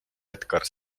edgar